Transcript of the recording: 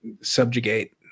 subjugate